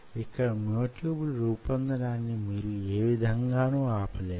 ఇక్కడ myotube లు రూపొందడాన్ని మీరు యే విధంగానూ ఆపలేరు